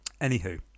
Anywho